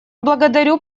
благодарю